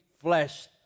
flesh